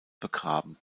begraben